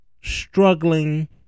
struggling